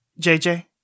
JJ